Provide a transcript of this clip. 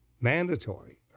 mandatory